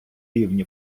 рівні